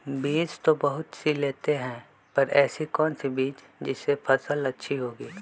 बीज तो बहुत सी लेते हैं पर ऐसी कौन सी बिज जिससे फसल अच्छी होगी?